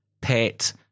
pet